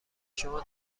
شما